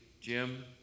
Jim